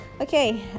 Okay